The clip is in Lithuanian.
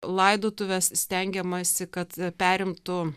laidotuves stengiamasi kad perimtų